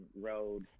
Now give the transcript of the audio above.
road